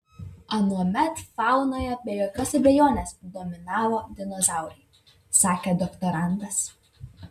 anuomet faunoje be jokios abejonės dominavo dinozaurai sakė doktorantas